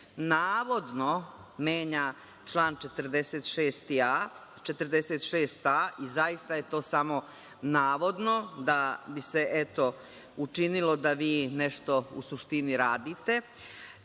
navodno menja član 46a i zaista je to samo navodno da bi se eto učinilo da vi nešto u suštini radite,